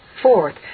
Fourth